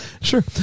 Sure